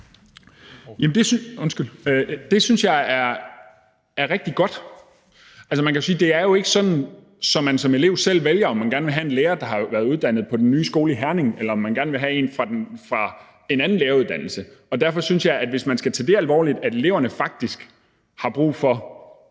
Det synes jeg er rigtig godt. Altså, man kan jo sige, at det ikke er sådan, at man som elev selv vælger, om man gerne vil have en lærer, der har været uddannet på den nye skole i Herning, eller om man gerne vil have en fra en anden læreruddannelse. Og derfor synes jeg, at hvis man skal tage det alvorligt, at eleverne faktisk har brug for